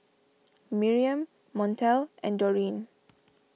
Miriam Montel and Dorine